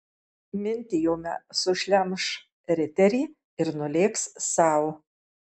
mintijome sušlemš riterį ir nulėks sau